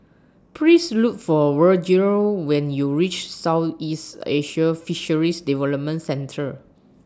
Please Look For Virgel when YOU REACH Southeast Asian Fisheries Development Centre